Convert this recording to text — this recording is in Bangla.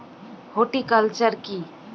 হর্টিকালচার কি?